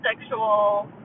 sexual